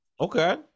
Okay